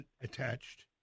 attached